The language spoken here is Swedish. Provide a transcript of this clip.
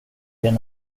det